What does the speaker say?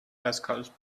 eiskalt